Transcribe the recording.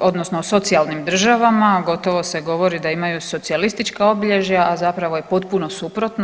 odnosno o socijalnim državama, gotovo se govori da imaju socijalistička obilježja, a zapravo je potpuno suprotno.